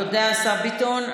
תודה, השר ביטון.